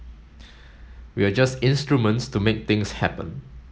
we are just instruments to make things happen